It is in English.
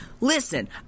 listen